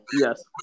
Yes